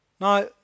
Now